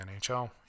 NHL